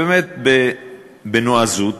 באמת, בנועזות,